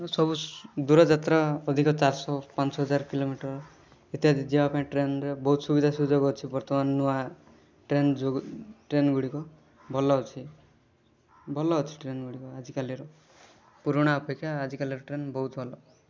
ମୁଁ ସବୁ ସୁ ଦୂରଯାତ୍ରା ଅଧିକ ଚାରଶ ପାଞ୍ଚହଜାର କିଲୋମିଟର୍ ଇତ୍ୟାଦି ଯିବାପାଇଁ ଟ୍ରେନ୍ରେ ବହୁତ ସୁବିଧା ସୁଯୋଗ ଅଛି ବର୍ତ୍ତମାନ ନୂଆ ଟ୍ରେନ୍ ଯୋଗୁଁ ଟ୍ରେନ୍ଗୁଡ଼ିକ ଭଲଅଛି ଭଲଅଛି ଟ୍ରେନ୍ଗୁଡ଼ିକ ଆଜିକାଲିର ପୁରୁଣା ଅପେକ୍ଷା ଆଜିକାଲିର ଟ୍ରେନ୍ ବହୁତ ଭଲ